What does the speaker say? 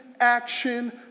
action